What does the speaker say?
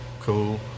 Cool